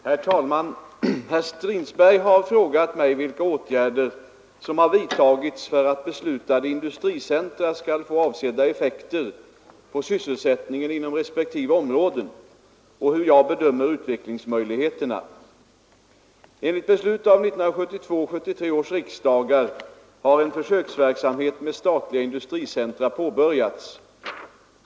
Herr talman! Herr Strindberg har frågat mig, vilka åtgärder som har vidtagits för att beslutade industricentra skall få avsedda effekter på sysselsättningen inom respektive områden och hur jag bedömer utvecklingsmöjligheterna. Enligt beslut av 1972 och 1973 års riksdagar har en försöksverksamhet med statliga industricentra påbörjats.